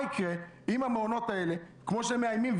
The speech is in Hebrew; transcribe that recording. יקרה אם המעונות האלה כמו שהם מאיימים,